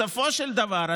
בסופו של דבר,